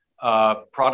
Product